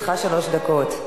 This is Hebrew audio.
לרשותך שלוש דקות.